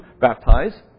baptize